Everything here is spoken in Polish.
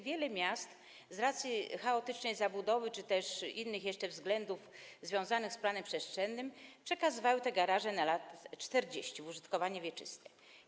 Wiele miast z racji chaotycznej zabudowy czy też z innych jeszcze względów związanych z planem przestrzennym przekazywało te garaże na 40 lat w użytkowanie wieczyste.